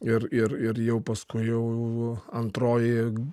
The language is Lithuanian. ir ir jau paskui jau antroji